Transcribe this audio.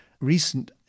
recent